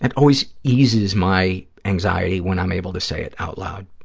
and always eases my anxiety when i'm able to say it out loud.